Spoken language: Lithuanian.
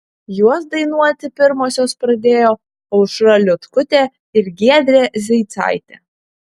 juos dainuoti pirmosios pradėjo aušra liutkutė ir giedrė zeicaitė